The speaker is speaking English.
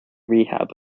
rehab